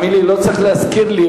תאמין לי, לא צריך להזכיר לי.